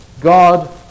God